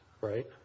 right